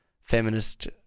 feminist